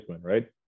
right